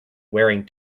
wearing